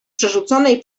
przerzuconej